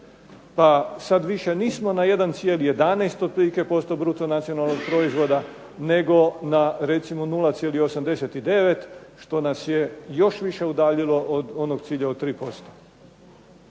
pa sad više nismo na 1,11% otprilike bruto nacionalnog proizvoda nego na recimo 0,89 što nas je još više udaljilo od onog cilja od 3%.